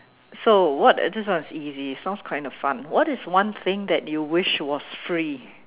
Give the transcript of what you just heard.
so what this one is easy sounds kind of fun what is one thing that you wish was free